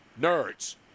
nerds